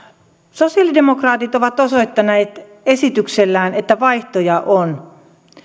sosialidemokraatit ovat osoittaneet esityksellään että vaihtoehtoja on